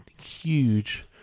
huge